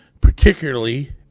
particularly